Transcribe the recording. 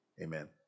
amen